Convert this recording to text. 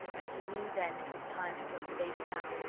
and he knew then it was time to put the baby down,